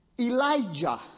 Elijah